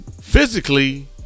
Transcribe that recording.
Physically